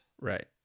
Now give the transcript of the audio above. right